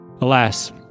Alas